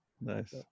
nice